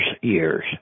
years